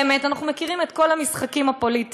באמת, אנחנו מכירים את כל המשחקים הפוליטיים.